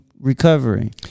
recovery